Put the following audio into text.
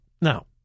Now